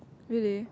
really